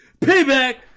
payback